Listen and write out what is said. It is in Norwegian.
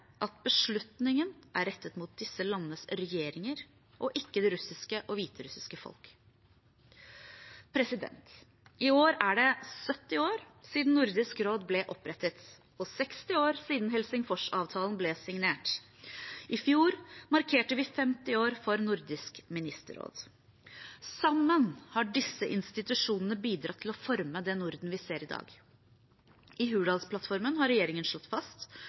at beslutningen er rettet mot disse landenes regjeringer og ikke det russiske og hviterussiske folk. I år er det 70 år siden Nordisk råd ble opprettet og 60 år siden Helsingforsavtalen ble signert. I fjor markerte vi 50 år for Nordisk ministerråd. Sammen har disse institusjonene bidratt til å forme det Norden vi ser i dag. I Hurdalsplattformen har regjeringen slått fast